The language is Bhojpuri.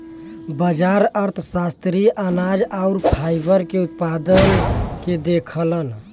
बाजार अर्थशास्त्री अनाज आउर फाइबर के उत्पादन के देखलन